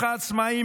שימו לב,